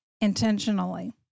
intentionally